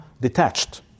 detached